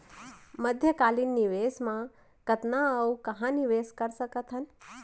मध्यकालीन निवेश म कतना अऊ कहाँ निवेश कर सकत हन?